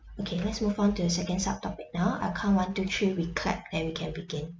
okay let's move on to the second sub topic now I count one two three we clap then we can begin